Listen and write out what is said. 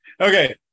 Okay